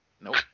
Nope